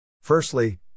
Firstly